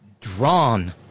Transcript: drawn